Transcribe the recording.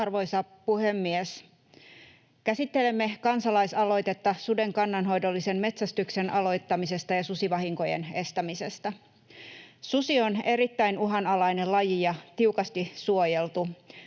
Arvoisa puhemies! Käsittelemme kansalaisaloitetta suden kan- nanhoidollisen metsästyksen aloittamisesta ja susivahinkojen estämisestä. Susi on erittäin uhanalainen laji ja tiukasti suojeltu.